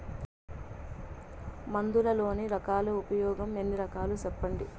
మందులలోని రకాలను ఉపయోగం ఎన్ని రకాలు? సెప్పండి?